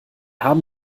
haben